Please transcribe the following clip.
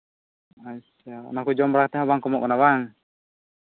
ᱟᱪᱪᱷᱟ ᱚᱱᱟ ᱠᱚ ᱡᱚᱢ ᱵᱟᱲᱟ ᱠᱟᱛᱮᱫ ᱦᱚᱸ ᱵᱟᱝ ᱠᱚᱢᱚᱜ ᱠᱟᱱᱟ ᱵᱟᱝ